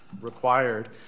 required